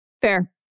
fair